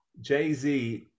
Jay-Z